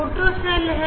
यह photo cell है